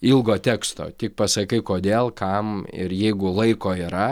ilgo teksto tik pasakai kodėl kam ir jeigu laiko yra